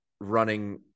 running –